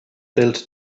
built